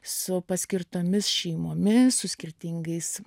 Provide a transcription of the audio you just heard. su paskirtomis šeimomis su skirtingais